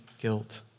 guilt